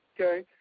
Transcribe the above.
Okay